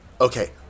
Okay